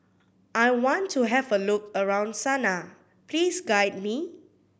I want to have a look around Sanaa please guide me